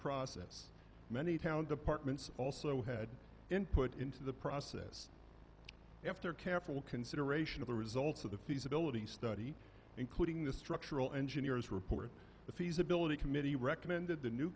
process many town departments also had input into the process after careful consideration of the results of the feasibility study including the structural engineers report the feasibility committee recommended the new